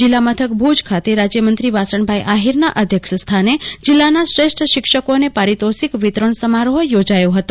જીલ્કલા મથક ભુજ ખાતે રાજ્યમંત્રી વાસણભાઈ આહીરના અધ્યક્ષ સ્થાને જીલ્લાના શ્રેષ્ઠ શિક્ષકોને પારિતોષિક વિતરણ સમારોહ યોજાયો હતો